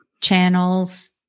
channels